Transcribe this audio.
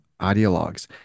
ideologues